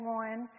one